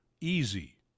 easy